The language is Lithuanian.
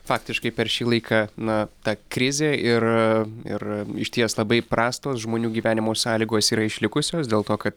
faktiškai per šį laiką na ta krizė ir ir išties labai prastos žmonių gyvenimo sąlygos yra išlikusios dėl to kad